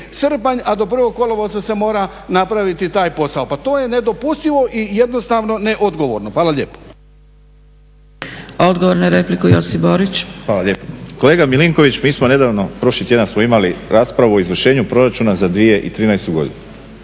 a do 1. kolovoza se mora napraviti taj posao. Pa to je nedopustivo i jednostavno neodgovorno. Hvala lijepo. **Zgrebec, Dragica (SDP)** Odgovor na repliku, Josip Borić. **Borić, Josip (HDZ)** Hvala lijepo. Kolega Milinković mi smo nedavno, prošli tjedan smo imali raspravu o Izvršenju proračuna za 2013.